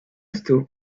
still